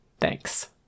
thanks